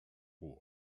war